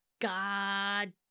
God